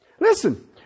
Listen